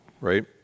right